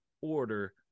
order